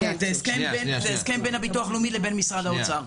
זה הסכם בין הביטוח הלאומי לבין משרד האוצר.